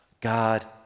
God